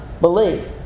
believe